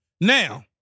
Now